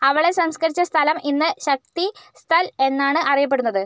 അവളെ സംസ്കരിച്ച സ്ഥലം ഇന്ന് ശക്തി സ്ഥൽ എന്നാണ് അറിയപ്പെടുന്നത്